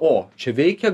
o čia veikia